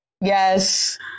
Yes